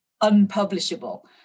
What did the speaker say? unpublishable